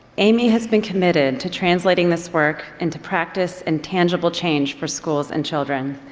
amy has been committed to translating this work into practice and tangible change for schools and children.